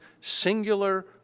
singular